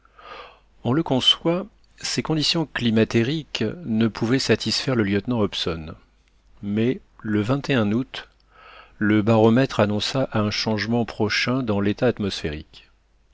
on le conçoit ces conditions climatériques ne pouvaient satisfaire le lieutenant hobson mais le août le baromètre annonça un changement prochain dans l'état atmosphérique